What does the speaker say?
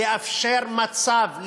לאפשר מצב,